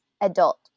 adult